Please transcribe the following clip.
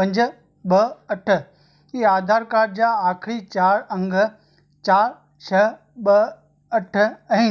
पंज ॿ अठ ही आधार कार्ड जा आख़िरी चारि अंग चारि छह ॿ अठ ऐं